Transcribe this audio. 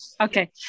Okay